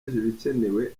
ibikenewe